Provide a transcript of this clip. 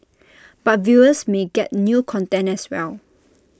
but viewers may get new content as well